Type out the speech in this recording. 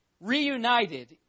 reunited